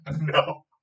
No